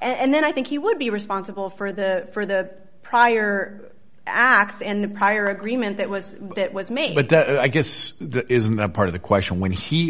and then i think he would be responsible for the for the prior acts and the prior agreement that was that was made but i guess isn't that part of the question when he